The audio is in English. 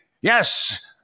Yes